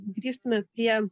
grįžtume prie